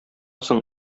соң